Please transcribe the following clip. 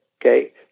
okay